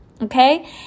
Okay